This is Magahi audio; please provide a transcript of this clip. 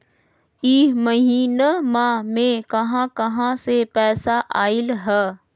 इह महिनमा मे कहा कहा से पैसा आईल ह?